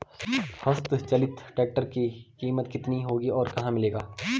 हस्त चलित ट्रैक्टर की कीमत कितनी होगी और यह कहाँ मिलेगा?